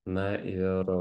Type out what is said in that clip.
na ir